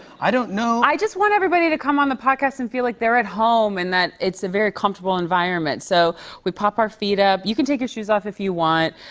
i don't know i just want everybody to come on the podcast and feel like they're at home and that it's a very comfortable environment. so we pop our feet up. you can take your shoes off if you want.